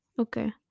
Okay